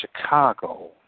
Chicago